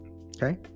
Okay